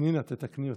פנינה, תתקני אותם.